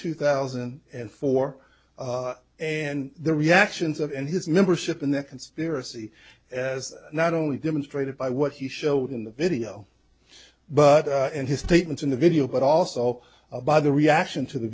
two thousand and four and the reactions of and his membership in the conspiracy as not only demonstrated by what he showed in the video but in his statements in the video but also by the reaction to the